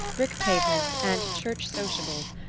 brick pavements and church sociables,